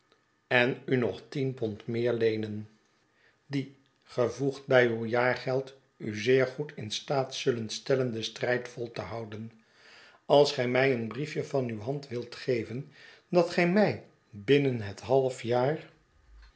en u nog tien pond meer leenen die gevoegd bij uw jaargeld u zeer goed in staat zullen stellen den strijd vol te houden als gij mij een briefje van uw hand wilt geven dat gij mij binnen het halfjaar nadat